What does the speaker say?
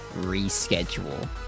reschedule